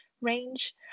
range